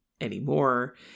anymore